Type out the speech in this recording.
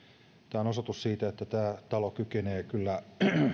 tämä on osoitus siitä että tämä talo kykenee kyllä